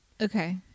Okay